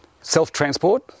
self-transport